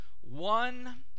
one